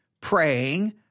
praying